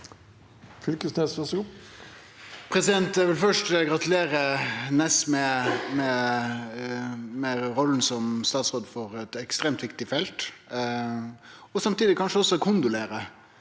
Fylkesnes (SV) Eg vil først gratulere Næss med rolla som statsråd for eit ekstremt viktig felt, og samtidig kanskje også kondolere